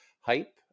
hype